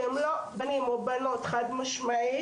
שהם לא בנים או בנות חד משמעית,